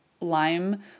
lime